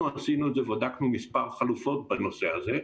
אנחנו עשינו את זה, בדקנו מספר חלופות בנושא הזה.